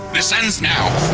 this ends now